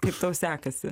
kaip tau sekasi